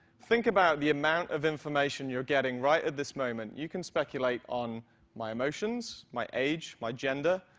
think about the amount of information you're getting right at this moment. you can speculate on my emotions, my age, my gender,